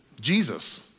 Jesus